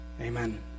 Amen